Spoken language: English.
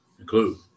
include